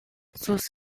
sus